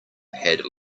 had